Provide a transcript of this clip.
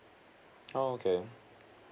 oh okay